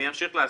חס ושלום.